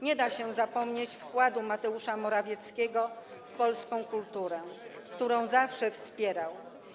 Nie da się zapomnieć wkładu Mateusza Morawieckiego w polską kulturę, którą zawsze wspierał.